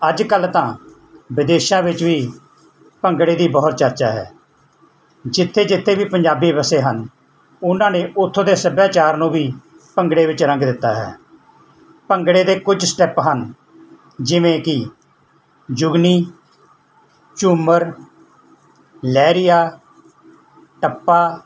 ਅੱਜ ਕੱਲ੍ਹ ਤਾਂ ਵਿਦੇਸ਼ਾਂ ਵਿੱਚ ਵੀ ਭੰਗੜੇ ਦੀ ਬਹੁਤ ਚਰਚਾ ਹੈ ਜਿੱਥੇ ਜਿੱਥੇ ਵੀ ਪੰਜਾਬੀ ਵਸੇ ਹਨ ਉਹਨਾਂ ਨੇ ਉਥੋਂ ਦੇ ਸੱਭਿਆਚਾਰ ਨੂੰ ਵੀ ਭੰਗੜੇ ਵਿੱਚ ਰੰਗ ਦਿੱਤਾ ਹੈ ਭੰਗੜੇ ਦੇ ਕੁਝ ਸਟੈਪ ਹਨ ਜਿਵੇਂ ਕਿ ਜੁਗਨੀ ਝੂਮਰ ਲਹਿਰੀਆ ਟੱਪਾ